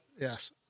Yes